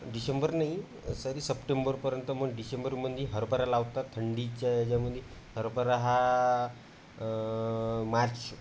डिशेंबर नाही सरी सप्टेंबरपर्यंत मग डिशेंबरमध्ये हरभरा लावतात थंडीच्या याच्यामध्ये हरभरा हा मार्च